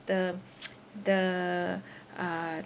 the the uh